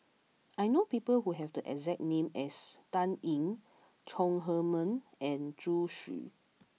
I know people who have the exact name as Dan Ying Chong Heman and Zhu Xu